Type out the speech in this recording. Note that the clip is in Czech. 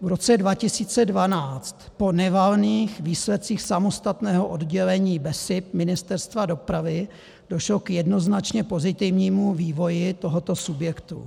V roce 2012 po nevalných výsledcích samostatného oddělení BESIP Ministerstva dopravy došlo k jednoznačně pozitivnímu vývoji tohoto subjektu.